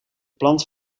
plant